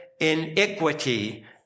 iniquity